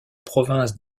province